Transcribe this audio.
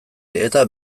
eta